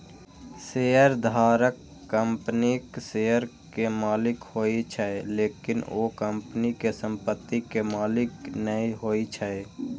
शेयरधारक कंपनीक शेयर के मालिक होइ छै, लेकिन ओ कंपनी के संपत्ति के मालिक नै होइ छै